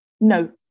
No